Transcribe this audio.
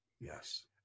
Yes